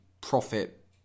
profit